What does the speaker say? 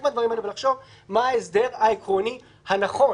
מהדברים האלה ולחשוב מה ההסדר החוקתי והעקרוני הנכון